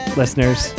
listeners